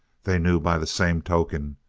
they knew, by the same token,